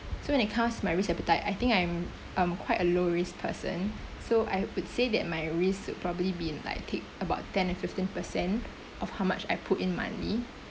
so when it comes to my risk appetite I think I'm I'm quite a low risk person so I would say that my risk would probably be like take about ten or fifteen percent of how much I put in monthly